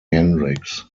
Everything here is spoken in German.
hendrix